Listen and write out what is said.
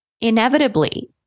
Inevitably